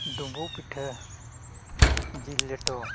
ᱰᱩᱢᱵᱩᱜ ᱯᱤᱴᱷᱟᱹ ᱡᱤᱞ ᱞᱮᱴᱚ